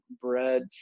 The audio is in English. bread